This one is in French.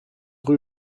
rue